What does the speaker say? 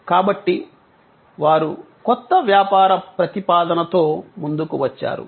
కాబట్టి వారు కొత్త వ్యాపార ప్రతిపాదనతో ముందుకు వచ్చారు